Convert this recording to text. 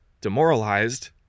demoralized